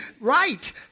right